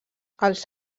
els